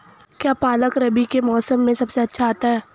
क्या पालक रबी के मौसम में सबसे अच्छा आता है?